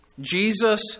Jesus